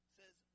says